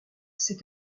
ces